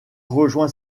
rejoint